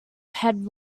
head